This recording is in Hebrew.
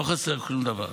לא חסר שום דבר.